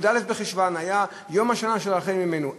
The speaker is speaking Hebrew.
י"א בחשוון, היה יום השנה של רחל אמנו.